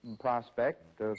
prospect